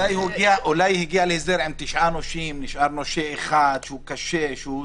אולי הוא הגיע להסדר עם תשעה נושים ונשאר נושה אחד שהוא קשה.